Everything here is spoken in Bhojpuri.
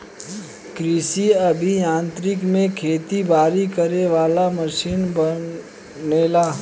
कृषि अभि यांत्रिकी में खेती बारी करे वाला मशीन बनेला